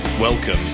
Welcome